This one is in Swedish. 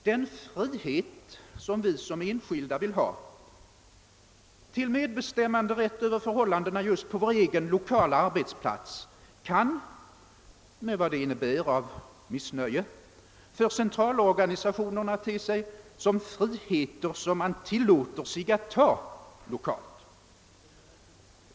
Den frihet vi som enskilda vill ha till medbestämmanderätt över förhållandena just på vår egen lokala arbetsplats kan — med vad det innebär av missnöje — för centralorganisatione”na te sig som »friheter som man tillåter sig alt ta» lokalt.